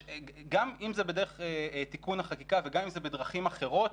גם אם זה בדרך תיקון החקיקה וגם אם זה בדרכים אחרות